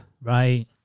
Right